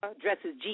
dresses